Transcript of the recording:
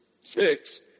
six